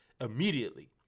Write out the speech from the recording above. immediately